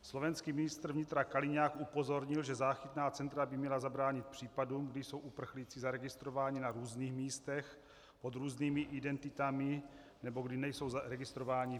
Slovenský ministr vnitra Kaliňák upozornil, že záchytná centra by měla zabránit případům, kdy jsou uprchlíci zaregistrováni na různých místech pod různými identitami nebo kdy nejsou zaregistrováni vůbec.